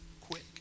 quick